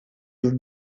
door